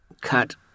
cut